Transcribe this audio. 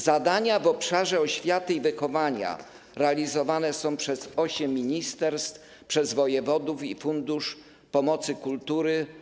Zadania w obszarze oświaty i wychowania realizowane są przez osiem ministerstw, wojewodów i fundusz pomocy kultury.